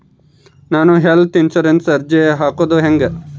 ನಾನು ಹೆಲ್ತ್ ಇನ್ಸುರೆನ್ಸಿಗೆ ಅರ್ಜಿ ಹಾಕದು ಹೆಂಗ?